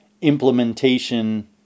implementation